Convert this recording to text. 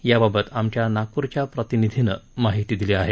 याबाबत आमच्या नागप्रच्या प्रतिनिधीनं माहिती दिली आहे